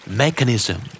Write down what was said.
mechanism